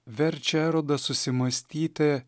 verčia erodą susimąstyti